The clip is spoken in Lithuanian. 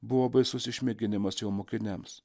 buvo baisus išmėginimas jo mokiniams